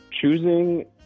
choosing